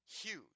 huge